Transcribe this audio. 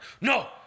no